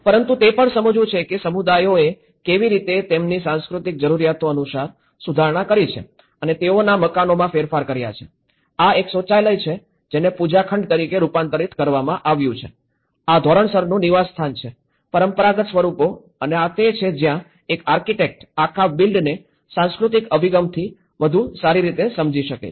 પરંતુ તે પણ સમજવું છે કે સમુદાયોએ કેવી રીતે તેમની સાંસ્કૃતિક જરૂરિયાતો અનુસાર સુધારણા કરી છે અને તેઓના મકાનોમાં ફેરફાર કર્યો છે આ એક શૌચાલય છે જેને પૂજા ખંડ તરીકે રૂપાંતરિત કરવામાં આવ્યું છે આ ધોરણસરનું નિવાસસ્થાન છે પરંપરાગત સ્વરૂપો અને આ તે છે જ્યાં એક આર્કિટેક્ટ આખા બિલ્ડને સાંસ્કૃતિક અભિગમથી વધુ સારી રીતે સમજી શકે છે